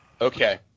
Okay